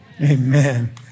Amen